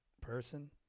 person